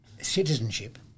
citizenship